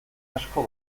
asko